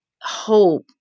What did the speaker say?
hope